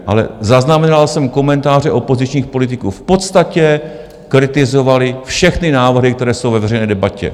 Ale zaznamenal jsem komentáře opozičních politiků, v podstatě kritizovali všechny návrhy, které jsou ve veřejné debatě.